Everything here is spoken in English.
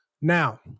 Now